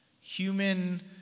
Human